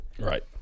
Right